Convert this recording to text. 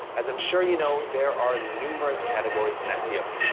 as i'm sure you know, there are numerous categories in seo.